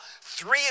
Three